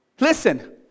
Listen